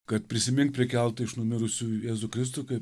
kad prisimink prikeltą iš numirusių jėzų kristų kai